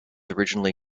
originally